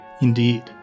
Indeed